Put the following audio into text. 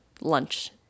lunch